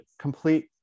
complete